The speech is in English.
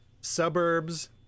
Suburbs